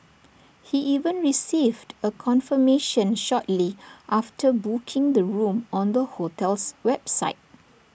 he even received A confirmation shortly after booking the room on the hotel's website